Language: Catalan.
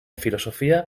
filosofia